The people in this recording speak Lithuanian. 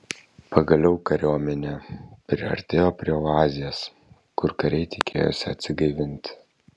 pagaliau kariuomenė priartėjo prie oazės kur kariai tikėjosi atsigaivinti